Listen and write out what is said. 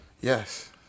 Yes